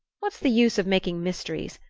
what's the use of making mysteries?